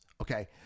Okay